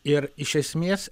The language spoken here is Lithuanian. ir iš esmės